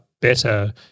better